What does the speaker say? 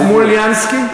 סמוּלינסקי?